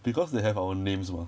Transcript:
because they have our names mah